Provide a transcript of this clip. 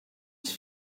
els